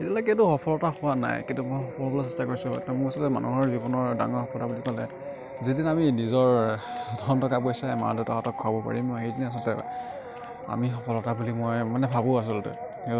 এতিয়ালৈকেতো সফলতা হোৱা নাই কিন্তু মই সফল হবলৈ চেষ্টা কৰিছো মই আচলতে মানুহৰ জীৱনৰ ডাঙৰ সফলতা বুলি ক'লে যিদিনা আমি নিজৰ ধন টকা পইচাই মা দেউতাক খুৱাব পাৰিম সেইদিনাই আচলতে আমি সফলতা বুলি মই মানে ভাবোঁ আচলতে